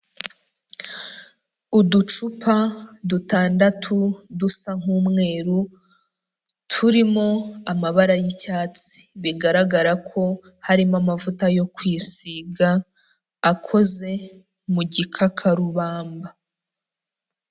Uducupa dutandatu dusa nk'umweru, turimo amabara y'icyatsi, bigaragara ko harimo amavuta yo kwisiga akoze mu gikakarubamba.